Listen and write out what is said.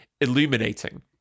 illuminating